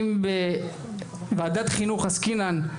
אם בוועדת החינוך עסקינן,